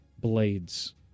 blades